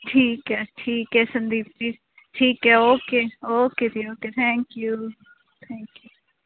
ਠੀਕ ਹੈ ਠੀਕ ਹੈ ਸੰਦੀਪ ਜੀ ਠੀਕ ਹੈ ਓਕੇ ਓਕੇ ਜੀ okay thank you thank you